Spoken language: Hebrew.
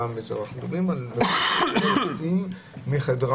אנחנו מדברים על אנשים שלא יוצאים מחדרם.